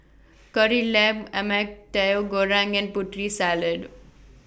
Kari Lemak Ayam Tauhu Goreng and Putri Salad